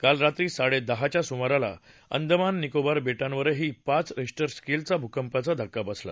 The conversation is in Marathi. काल रात्री साडेदहाच्या सुमाराला अंदमान निकोबार बेटांक्रही पाच रिश्टर स्केलचा भूकंपाचा धक्का बसला